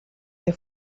que